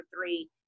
three